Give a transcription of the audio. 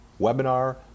webinar